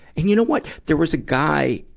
and you know what? there was a guy,